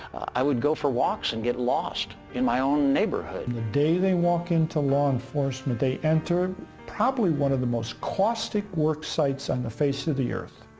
i would go for walks and get lost in my own neighborhood. and the day they walk into law enforcement, they enter probably one of the most caustic work sites on the face of the earth.